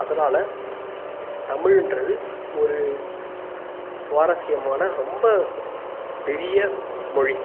அதனால் தமிழ்ங்றது ஒரு சுவாரஸ்யமான ரொம்ப பெரிய மொழி